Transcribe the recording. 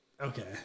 Okay